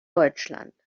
deutschland